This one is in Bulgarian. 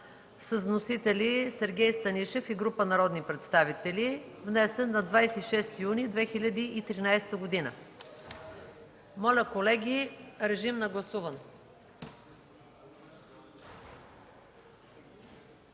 с вносители Сергей Станишев и група народни представители, внесен на 26 юни 2013 г. Моля, колеги, гласувайте.